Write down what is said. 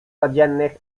codziennych